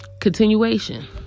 continuation